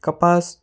कपास